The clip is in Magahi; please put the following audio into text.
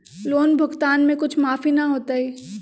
लोन भुगतान में कुछ माफी न होतई?